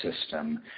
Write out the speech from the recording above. system